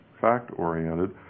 fact-oriented